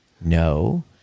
no